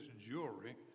jewelry